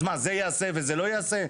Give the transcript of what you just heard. אז מה, זה יעשה וזה לא יעשה?